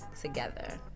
together